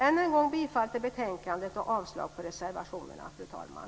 Än en gång yrkar jag bifall till betänkandet och avslag på reservationerna, fru talman.